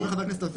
מה ההיגיון?